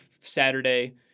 saturday